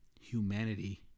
humanity